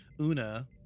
Una